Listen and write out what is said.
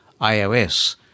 iOS